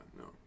no